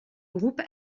groupe